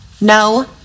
No